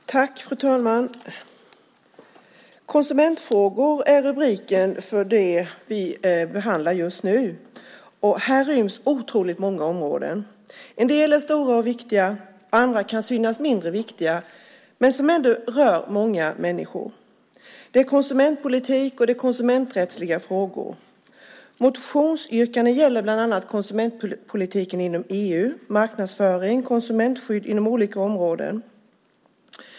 Fru talman! Konsumentfrågor är rubriken för det betänkande vi behandlar just nu. Här ryms otroligt många områden. En del är stora och viktiga, och andra kan synas mindre viktiga. Men de rör ändå många människor. Det är konsumentpolitik och det är konsumenträttsliga frågor. Motionsyrkandena gäller bland annat konsumentpolitiken inom EU, marknadsföring och konsumentskydd inom olika områden.